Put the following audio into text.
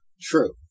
True